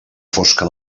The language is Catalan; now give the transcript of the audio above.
fosca